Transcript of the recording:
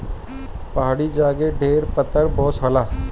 पहाड़ी जगे ढेर पातर बाँस होला